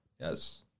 Yes